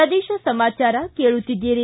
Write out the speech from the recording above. ಪ್ರದೇಶ ಸಮಾಚಾರ ಕೇಳುತ್ತೀದ್ದಿರಿ